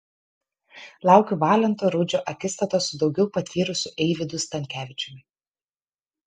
laukiu valento rudžio akistatos su daugiau patyrusiu eivydu stankevičiumi